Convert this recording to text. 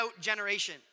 generation